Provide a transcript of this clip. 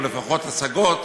או לפחות השגות,